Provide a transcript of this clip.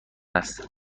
است